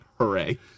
Hooray